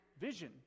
Vision